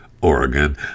Oregon